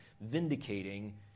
vindicating